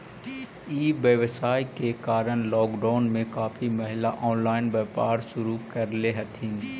ई व्यवसाय के कारण लॉकडाउन में काफी महिला ऑनलाइन व्यापार शुरू करले हथिन